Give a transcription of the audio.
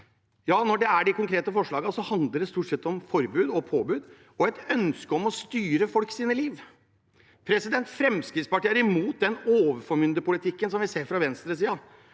forslag der. De konkrete forslagene handler stort sett om forbud og påbud og et ønske om å styre folks liv. Fremskrittspartiet er imot den overformynderpolitikken vi ser fra venstresiden.